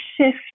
shift